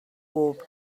bob